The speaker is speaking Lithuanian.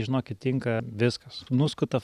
žinokit tinka viskas nuskuta